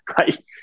right